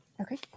okay